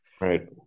Right